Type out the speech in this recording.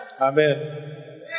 Amen